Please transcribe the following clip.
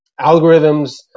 Algorithms